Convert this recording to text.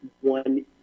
one